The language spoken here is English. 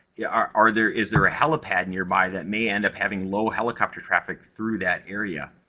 yeah are are there is there a helipad nearby that may end up having low helicopter traffic through that area?